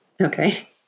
Okay